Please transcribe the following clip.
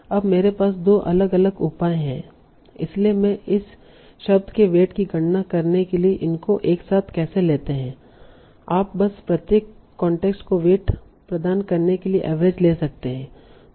अब मेरे पास दो अलग अलग उपाय हैं इसलिए मैं इस शब्द के वेट की गणना करने के लिए इनको एक साथ कैसे लेते है आप बस प्रत्येक कांटेक्स्ट को वेट प्रदान करने के लिए एवरेज ले सकते हैं